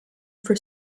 for